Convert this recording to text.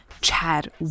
Chad